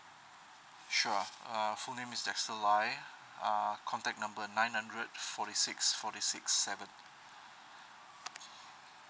sure uh full name is dexter lai uh contact number nine hundred forty six forty six seven